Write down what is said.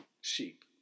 sheep